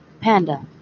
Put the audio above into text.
Panda